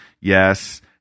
yes